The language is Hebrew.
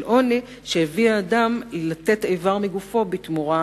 עוני שהביאה אדם לתת איבר מגופו בתמורה